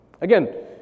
again